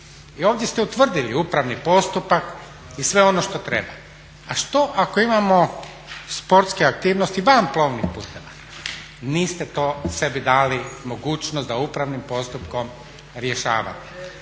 I ovdje ste utvrdili upravni postupak i sve ono što treba, a što ako imamo sportske aktivnosti van plovnih puteva? Niste to sebi dali mogućnost da upravnim postupkom rješavate.